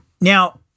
Now